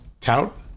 tout